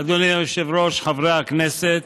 היושב-ראש, חברי הכנסת,